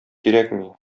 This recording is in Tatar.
кирәкми